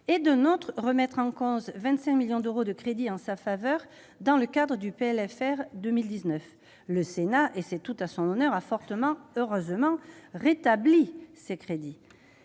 et d'un autre remettre en cause 25 millions d'euros de crédits en sa faveur dans le cadre du PLFR de 2019. Le Sénat- c'est tout à son honneur -a fort heureusement rétabli ces crédits.